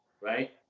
right